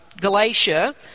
Galatia